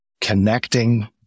connecting